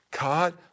God